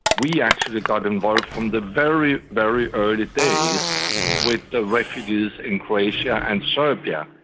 we actually got involved from the very, very early days with the refugees in croatia and serbia,